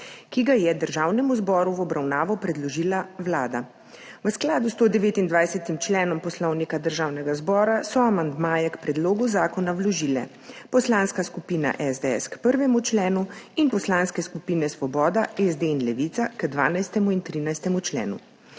ki ga je Državnemu zboru v obravnavo predložila Vlada. V skladu s 129. členom Poslovnika Državnega zbora so amandmaje k predlogu zakona vložile Poslanska skupina SDS k 1. členu in Poslanske skupine Svoboda, SD in Levica k 12. in 13. členu.